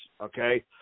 okay